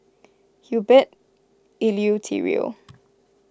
Herbert Eleuterio